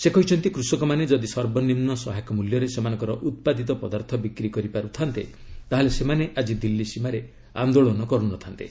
ସେ କହିଛନ୍ତି କୃଷକମାନେ ଯଦି ସର୍ବନିମ୍ବ ସହାୟକ ମୂଲ୍ୟରେ ସେମାନଙ୍କର ଉତ୍ପାଦିତ ପଦାର୍ଥ ବିକ୍ରି କରିପାରୁଥାନ୍ତେ ତାହେଲେ ସେମାନେ ଆଜି ଦିଲ୍ଲୀ ସୀମାରେ ଆନ୍ଦୋଳନ କରୁନଥାନ୍ତେ